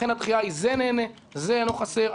לכן הדחייה היא בגדר זה נהנה וזה אינו חסר.